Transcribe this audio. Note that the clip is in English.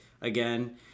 again